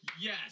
Yes